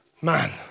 Man